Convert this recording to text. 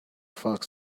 facts